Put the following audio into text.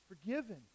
forgiven